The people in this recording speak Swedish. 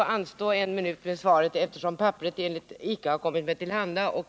Herr talman!